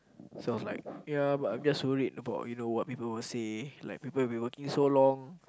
sounds like ya but I'm just worried about you know what people would say like people you've been working so long